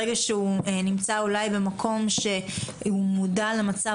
ברגע שהוא נמצא אולי במקום שהוא מודע למצב